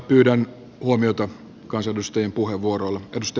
pyydän huomiota kansanedustajien puheenvuoroille